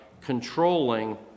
controlling